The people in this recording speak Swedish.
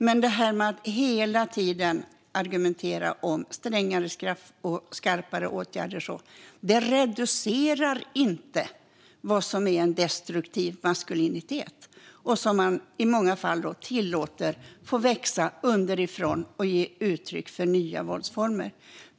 Men att hela tiden argumentera för strängare straff och skarpare åtgärder reducerar inte vad som är en destruktiv maskulinitet och som man i många fall tillåter växa underifrån och ge uttryck för nya våldsformer.